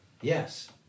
Yes